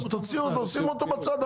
אז תוציאו אותו, שימו אותו בצד.